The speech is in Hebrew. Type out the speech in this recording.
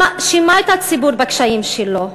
שמאשימה את הציבור בקשיים שלו: